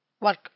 work